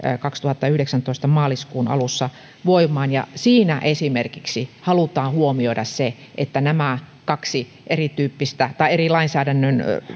kaksituhattayhdeksäntoista maaliskuun alussa voimaan siinä esimerkiksi halutaan huomioida se että nämä kaksi eri lainsäädännön